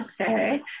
Okay